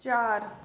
चार